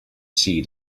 see